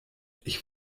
ich